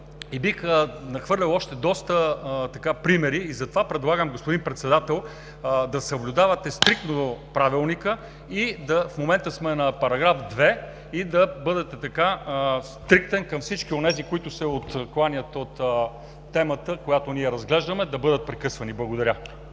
Бих нахвърлял още доста примери. Затова предлагам, господин Председател, да съблюдавате стриктно Правилника, в момента сме на § 2, и да бъдете стриктен към всички онези, които се отклоняват от темата, която ние разглеждаме, да бъдат прекъсвани. Благодаря.